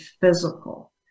physical